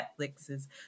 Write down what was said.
Netflix's